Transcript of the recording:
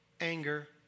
anger